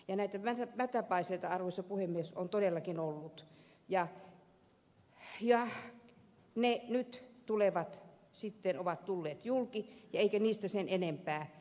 näitä mätäpaiseita arvoisa puhemies on todellakin ollut ja ne nyt sitten ovat tulleet julki eikä niistä sen enempää